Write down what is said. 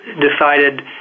decided